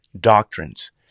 doctrines